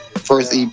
First